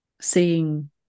seeing